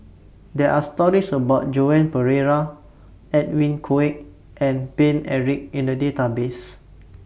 There Are stories about Joan Pereira Edwin Koek and Paine Eric in The Database